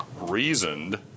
reasoned